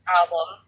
album